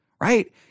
right